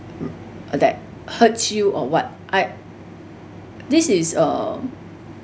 that hurt you or [what] I this is uh